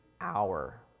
hour